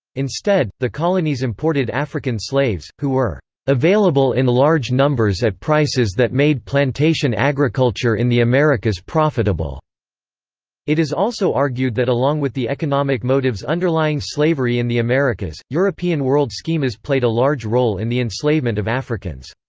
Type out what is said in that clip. instead, the colonies imported african slaves, who were available in large numbers at prices that made plantation agriculture in the americas profitable it is also argued that along with the economic motives underlying slavery in the americas, european world schemas played a large role in the enslavement of africans.